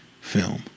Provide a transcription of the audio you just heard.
film